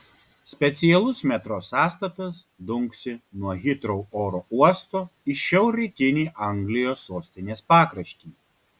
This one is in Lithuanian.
specialus metro sąstatas dunksi nuo hitrou oro uosto į šiaurrytinį anglijos sostinės pakraštį